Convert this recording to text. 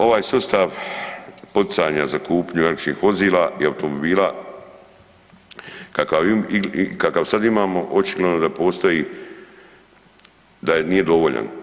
Ovaj sustav poticanja za kupnju električnih vozila i automobila kakav sad imamo očigledno da postoji, da nije dovoljan.